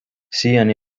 siiani